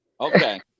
okay